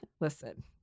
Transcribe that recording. listen